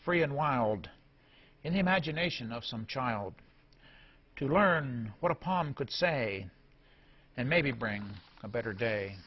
free and wild in the imagination of some child to learn what a poem could say and maybe bring a better day